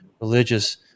religious